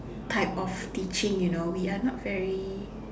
type of teaching you know we are not very